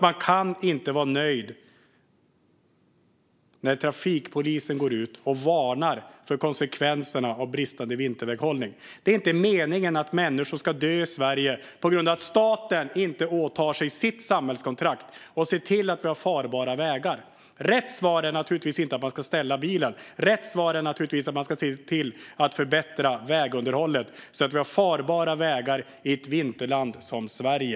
Man kan inte vara nöjd när trafikpolisen går ut och varnar för konsekvenserna av bristande vinterväghållning. Det är inte meningen att människor ska dö i Sverige på grund av att staten inte åtar sig sin del av samhällskontraktet och ser till att vi har farbara vägar. Rätt svar är naturligtvis inte att man ska ställa bilen. Rätt svar är naturligtvis att vägunderhållet ska förbättras så att vi har farbara vägar i ett vinterland som Sverige.